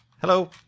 Hello